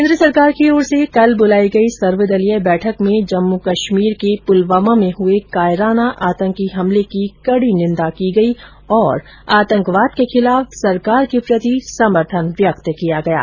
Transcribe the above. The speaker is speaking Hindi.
केन्द्र सरकार की ओर से कल बुलाई गई सर्वदलीय बैठक में जम्मू कश्मीर के पुलवामा में हुए कायराना आतंकी हमले की कड़ी निंदा की गयी और आतंकवाद के खिलाफ सरकार के प्रति समर्थन व्यक्त किया गया है